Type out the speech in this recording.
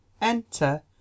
Enter